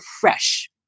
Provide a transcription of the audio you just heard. fresh